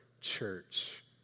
church